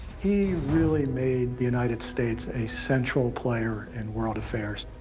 he really made the united states a central player in world affairs.